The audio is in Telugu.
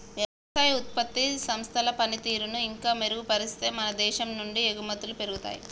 వ్యవసాయ ఉత్పత్తి సంస్థల పనితీరును ఇంకా మెరుగుపరిస్తే మన దేశం నుండి ఎగుమతులు పెరుగుతాయి